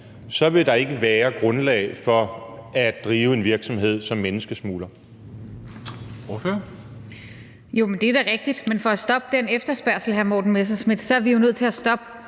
så vil der ikke være grundlag for at drive en virksomhed som menneskesmugler.